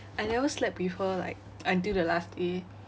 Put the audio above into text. I never slept with her like until the last day